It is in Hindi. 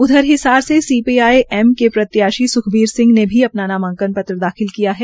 उधर हिसार से सीपीआई एम के प्रत्याशी सुखबीर सिंह ने भी अपना नामांकन पत्र दाखिल किया है